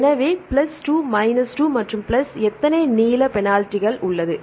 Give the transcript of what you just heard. எனவே plus 2 minus 2 மற்றும் plus எத்தனை நீள பெனால்டிகள் உள்ளது